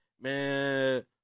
man